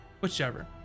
whichever